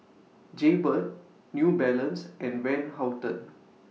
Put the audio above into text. Jaybird New Balance and Van Houten